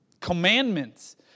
commandments